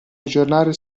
aggiornare